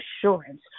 assurance